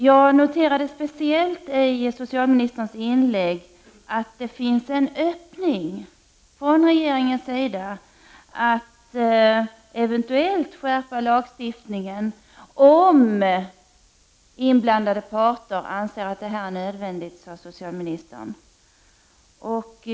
Jag noterade speciellt i socialministerns inlägg att det nu finns en öppning från regeringens sida att eventuellt skärpa lagstiftningen om inblandade parter anser detta nödvändigt, som socialministern sade.